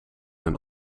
een